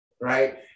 right